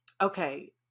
okay